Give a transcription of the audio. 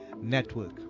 Network